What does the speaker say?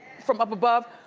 from up above?